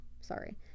sorry